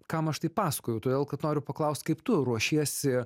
kam aš tai pasakoju todėl kad noriu paklaust kaip tu ruošiesi